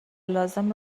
لازم